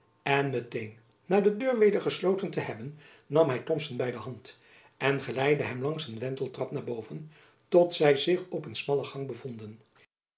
en met-een na de deur weder gesloten te hebben nam hy thomson by de hand en geleidde hem langs een wenteltrap naar boven tot zy zich op een smallen gang bevonden